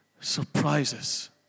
surprises